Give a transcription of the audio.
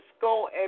go